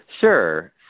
Sure